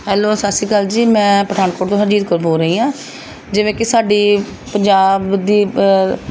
hello Sat Sri Akal ji ਮੈਂ ਪਠਾਨਕੋਟ ਤੋਂ ਹਰਜੀਤ ਕੌਰ ਬੋਲ ਰਹੀ ਹਾਂ ਜਿਵੇਂ ਕਿ ਸਾਡੀ ਪੰਜਾਬ ਦੀ